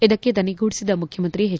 ಇದಕ್ಕೆ ದನಿಗೂಡಿಸಿದ ಮುಖ್ಯಮಂತ್ರಿ ಎಚ್